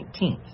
19th